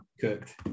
cooked